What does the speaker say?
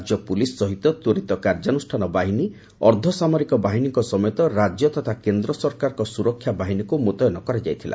ରାଜ୍ୟ ପୁଲିସ୍ ସହିତ ତ୍ୱରିତ କାର୍ଯ୍ୟାନୁଷ୍ଠାନ ବାହିନୀ ଅର୍ଦ୍ଧସାମରିକ ବାହିନୀଙ୍କ ସମେତ ରାଜ୍ୟ ତଥା କେନ୍ଦ୍ର ସରକାରଙ୍କ ସୁରକ୍ଷା ବାହିନୀକୁ ମୁତୟନ କରାଯାଇଥିଲା